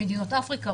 למדינות אפריקה,